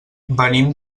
venim